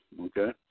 Okay